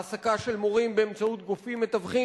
העסקה של מורים באמצעות גופים מתווכים,